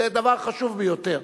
זה דבר חשוב ביותר.